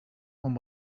one